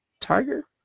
tiger